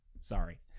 Sorry